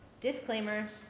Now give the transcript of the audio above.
Disclaimer